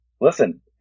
Listen